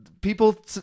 People